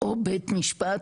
או בית משפט,